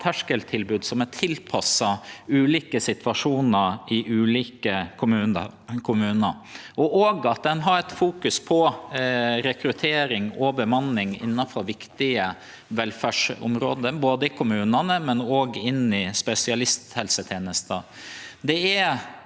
lågterskeltilbod som er tilpassa ulike situasjonar i ulike kommunar, og at ein fokuserer på rekruttering og bemanning innanfor viktige velferdsområde både i kommunane og inn i spesialisthelsetenesta.